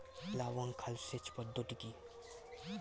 প্লাবন খাল সেচ পদ্ধতি কি?